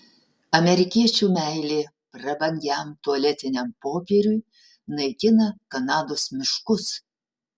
amerikiečių meilė prabangiam tualetiniam popieriui naikina kanados miškus